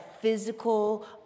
physical